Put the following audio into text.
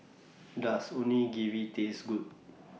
Does Onigiri Taste Good